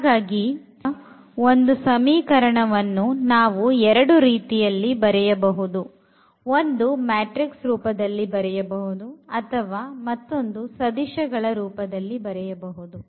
ಹಾಗಾಗಿ ಕೊಟ್ಟಿರುವ ಒಂದು ಸಮೀಕರಣವನ್ನು ನಾವು ಎರಡು ರೀತಿಯಲ್ಲಿ ಬರೆಯಬಹುದು ಒಂದು ಮ್ಯಾಟ್ರಿಕ್ಸ್ ರೂಪದಲ್ಲಿ ಬರೆಯಬಹುದು ಅಥವಾ ಮತ್ತೊಂದು ಸದಿಶಗಳ ರೂಪದಲ್ಲಿ ಬರೆಯಬಹುದು